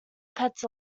pets